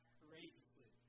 courageously